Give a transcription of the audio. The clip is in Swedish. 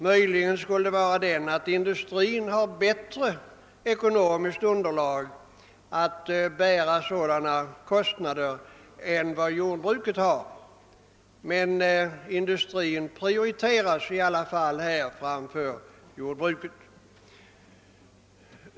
Möjligen skulle det vara den att industrin har bättre ekonomiskt underlag för att bära sådana kostnader än jordbruket har. Men industrin prioriteras i alla fall här framför jordbruket.